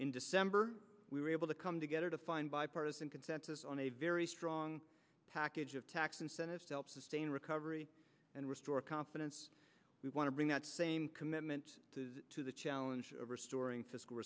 in december we were able to come together to find bipartisan consensus on a very strong package of tax incentive self sustaining recovery and restore confidence we want to bring that same commitment to the challenge of restoring fiscal